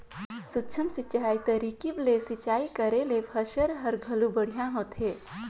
सूक्ष्म सिंचई तरकीब ले सिंचई करे ले फसल हर घलो बड़िहा होथे